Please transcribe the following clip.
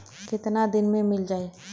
कितना दिन में मील जाई?